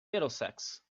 middlesex